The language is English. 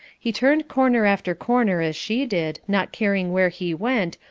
he turned corner after corner as she did, not caring where he went,